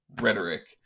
rhetoric